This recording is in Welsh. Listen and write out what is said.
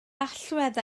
allwedd